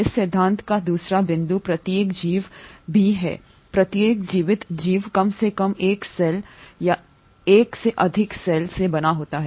इस सिद्धांत का दूसरा बिंदु प्रत्येक जीव भी है प्रत्येक जीवित जीव कम से कम एक सेल या एक से अधिक सेल से बना होता है